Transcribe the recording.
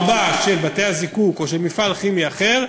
בארובה של בתי-הזיקוק או של מפעל כימי אחר,